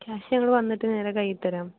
cash ഞങ്ങൾ വന്നിട്ട് നേരെ കയ്യിത്തരാം